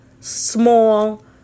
small